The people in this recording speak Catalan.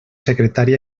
secretari